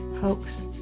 Folks